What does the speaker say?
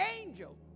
angel